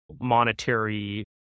monetary